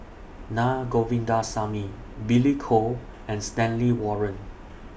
Na Govindasamy Billy Koh and Stanley Warren